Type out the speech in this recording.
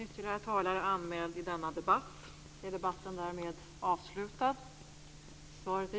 Fru talman!